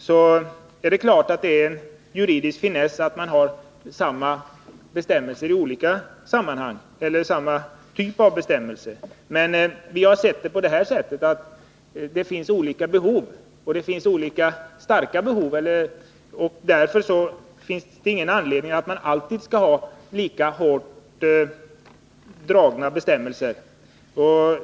Det är klart att det är en juridisk finess att ha samma typ av bestämmelser i olika sammanhang, men vi har sett det här problemet på det sättet att det finns olika behov och olika starka behov och att det därför inte finns någon anledning att alltid ha lika hårt dragna bestämmelser.